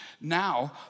now